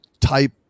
type